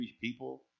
people